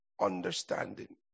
understanding